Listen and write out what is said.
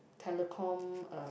telecom uh